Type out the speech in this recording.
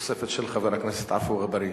תוספת של חבר הכנסת עפו אגבאריה.